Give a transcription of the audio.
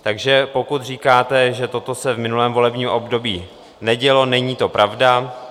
Takže pokud říkáte, že toto se v minulém volebním období nedělo, není to pravda.